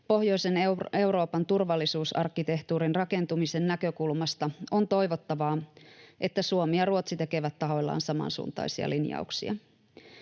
Pohjoisen Euroopan turvallisuusarkkitehtuurin rakentumisen näkökulmasta on toivottavaa, että Suomi ja Ruotsi tekevät tahoillaan samansuuntaisia linjauksia.